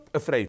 afraid